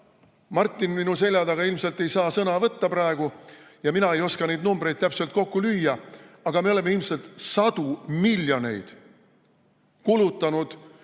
Martin minu selja taga ilmselt ei saa sõna võtta praegu ja mina ei oska neid numbreid täpselt kokku lüüa, aga me oleme ilmselt sadu miljoneid kulutanud